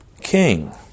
king